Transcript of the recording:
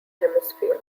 hemisphere